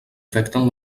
afecten